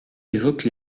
évoque